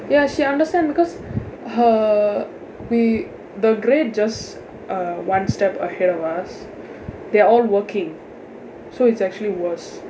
ya she understand because her we the grade just uh one step ahead of us they're all working so it's actually was